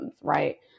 right